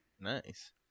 Nice